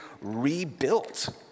rebuilt